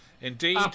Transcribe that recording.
Indeed